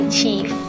Chief